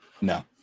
No